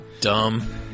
Dumb